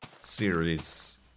series